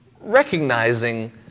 recognizing